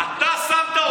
אוקיי, לא, לא, תקשיבו לי.